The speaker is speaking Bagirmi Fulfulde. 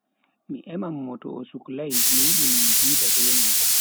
Mi eman mo to o suklai mi yidi min viida be mako.